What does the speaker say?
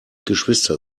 geschwister